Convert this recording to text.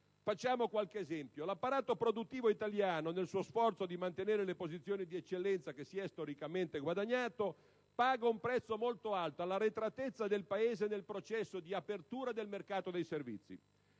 Facciamo qualche esempio. L'apparato produttivo italiano, nel suo sforzo di mantenere le posizioni di eccellenza che si è storicamente guadagnato, paga un prezzo molto alto all'arretratezza del Paese nel processo di apertura del mercato dei servizi.